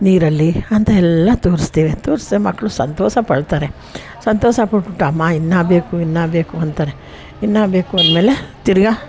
ನೀರಲ್ಲಿ ಅಂತ ಎಲ್ಲ ತೋರಿಸ್ತೀವಿ ತೋರ್ಸಿದ್ರೆ ಮಕ್ಕಳು ಸಂತೋಷ ಪಡ್ತಾರೆ ಸಂತೋಷ ಪಟ್ಬಿಟ್ಟು ಅಮ್ಮ ಇನ್ನೂಬೇಕು ಇನ್ನೂಬೇಕು ಅಂತಾರೇ ಇನ್ನೂಬೇಕು ಅಂದಮೇಲೆ ತಿರ್ಗಾ